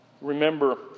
Remember